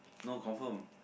no confirm